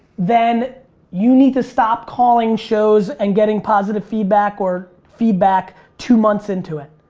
then you need to stop calling shows and getting positive feedback or feedback two months into it.